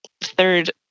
third